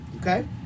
Okay